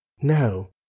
no